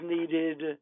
needed